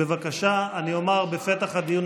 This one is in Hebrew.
תודה רבה, אדוני